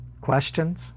Questions